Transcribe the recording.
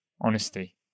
honesty